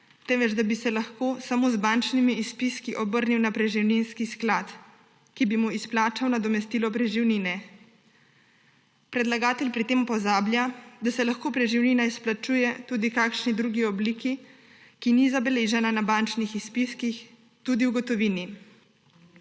temveč da bi se lahko samo z bančnimi izpiski obrnil na preživninski sklad, ki bi mu izplačal nadomestilo preživnine. Predlagatelj pri tem pozablja, da se lahko preživnina izplačuje tudi v kakšni drugi obliki, ki ni zabeležena na bančnih izpiskih, tudi v gotovini.